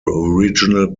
original